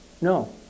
No